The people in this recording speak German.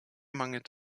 mangelt